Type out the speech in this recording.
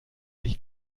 sich